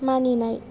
मानिनाय